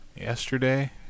yesterday